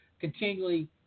continually